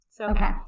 Okay